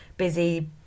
Busy